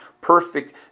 perfect